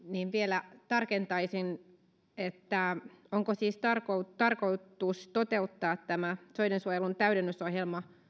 niin vielä tarkentaisin onko siis tarkoitus tarkoitus toteuttaa tämä soidensuojelun täydennysohjelma